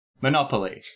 monopoly